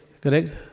correct